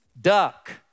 Duck